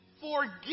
forgive